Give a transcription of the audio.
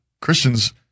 Christians